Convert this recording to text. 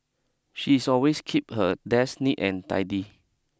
she is always keep her desk neat and tidy